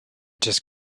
just